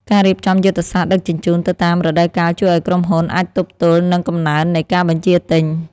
ការរៀបចំយុទ្ធសាស្ត្រដឹកជញ្ជូនទៅតាមរដូវកាលជួយឱ្យក្រុមហ៊ុនអាចទប់ទល់នឹងកំណើននៃការបញ្ជាទិញ។